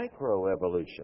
microevolution